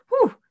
Whoo